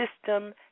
system